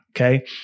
Okay